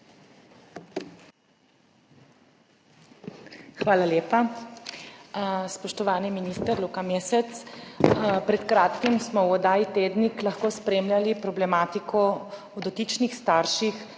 Hvala lepa. Spoštovani minister Luka Mesec, pred kratkim smo v oddaji Tednik lahko spremljali problematiko o dotičnih starših